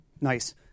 Nice